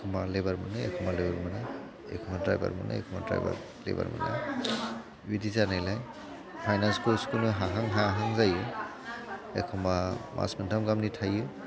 एखनबा लेबार मोनो एखनबा लेबार मोना एखनबा द्राइभार मोनो एखनबा द्राइभार मोना बिदि जानायलाय फाइनेन्सखौ सुख'नो हाहां हायाहां जायो एखनबा मास मोनथाम गाहामनि थायो